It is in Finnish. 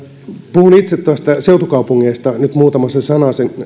puhun itse näistä seutukaupungeista nyt muutaman sanasen